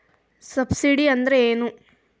Subsidy ಅಂದ್ರೆ ಏನು?